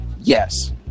yes